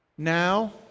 now